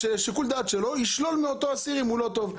שיקול דעת שלו ישלול מאותו אסיר אם הוא לא טוב.